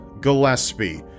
Gillespie